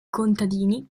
contadini